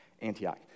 Antioch